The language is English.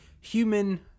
human